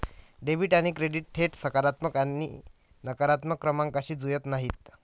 debit आणि credit थेट सकारात्मक आणि नकारात्मक क्रमांकांशी जुळत नाहीत